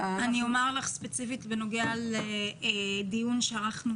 אני אומר לך ספציפית בנוגע לדיון שקיימנו